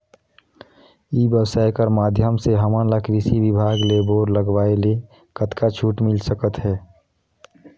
ई व्यवसाय कर माध्यम से हमन ला कृषि विभाग ले बोर लगवाए ले कतका छूट मिल सकत हे?